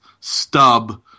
stub